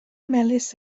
melys